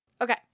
okay